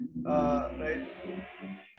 Right